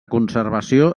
conservació